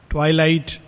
Twilight